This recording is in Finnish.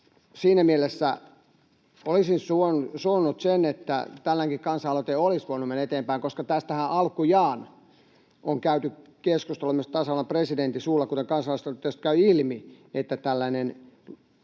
Siinä mielessä olisin suonut sen, että tämäkin kansalaisaloite olisi voinut mennä eteenpäin, koska tästähän alkujaan on käyty keskustelua myös tasavallan presidentin suulla, kuten kansalaisaloitteesta käy ilmi, että tällainen